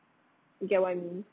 you get what I mean